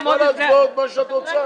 למה, את מצביעה בכל ההצבעות לפי מה שאת רוצה?